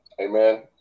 Amen